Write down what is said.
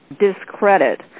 discredit